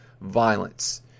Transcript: violence